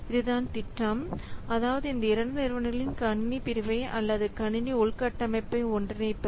இதுதான் திட்டம் அதாவது அந்த இரண்டு நிறுவனங்களின் கணினி பிரிவை அல்லது கணினி உள்கட்டமைப்பை ஒன்றிணைப்பது